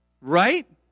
right